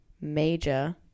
major